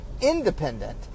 independent